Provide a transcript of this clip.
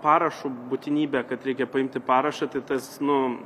parašu būtinybe kad reikia paimti parašą tai tas nu